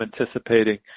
anticipating